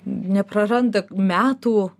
nepraranda metų